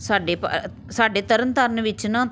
ਸਾਡੇ ਸਾਡੇ ਤਰਨ ਤਾਰਨ ਵਿੱਚ ਨਾ